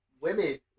women